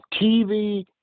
tv